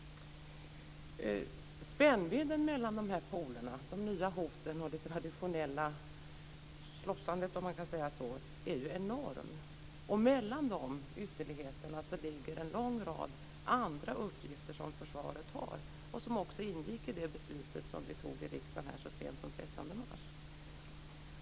Spännvidden mellan de här polerna - de nya hoten och det traditionella stridandet - är ju enorm. Och mellan de ytterligheterna ligger en lång rad andra uppgifter som försvaret har och som också ingick i det beslut som vi fattade i riksdagen så sent som den 30 mars.